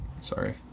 Sorry